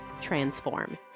transform